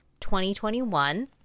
2021